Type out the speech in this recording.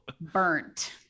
Burnt